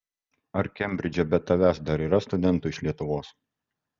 ar kembridže be tavęs dar yra studentų iš lietuvos